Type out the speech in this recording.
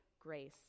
grace